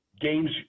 games